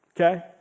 okay